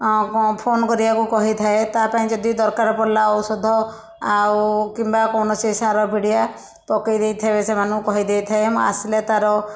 phone କରିବାକୁ କହିଥାଏ ତା ପାଇଁ ଯଦି ଦରକାର ପଡ଼ିଲା ଔଷଧ ଆଉ କିମ୍ୱା କୌଣସି ସାର ପିଡ଼ିଆ ପକାଇ ଦେଇଥିବେ ସେମାନଙ୍କୁ କହିଦେଇଥାଏ ମୁଁ ଆସିଲେ ତାର